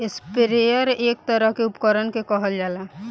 sprayer एक तरह के उपकरण के कहल जाला